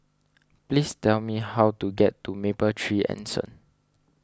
please tell me how to get to Mapletree Anson